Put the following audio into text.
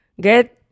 get